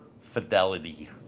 Fidelity